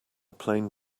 plane